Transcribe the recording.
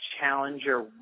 challenger